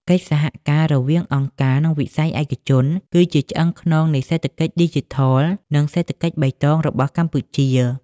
កិច្ចសហការរវាងអង្គការ និងវិស័យឯកជន គឺជាឆ្អឹងខ្នងនៃសេដ្ឋកិច្ចឌីជីថល និងសេដ្ឋកិច្ចបៃតងរបស់កម្ពុជា។